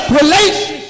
relationship